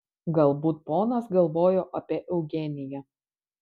galbūt ponas galvojo apie eugeniją